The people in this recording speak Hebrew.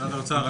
משרד האוצר.